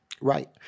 Right